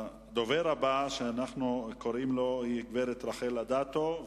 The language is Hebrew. הדוברת הבאה היא הגברת רחל אדטו,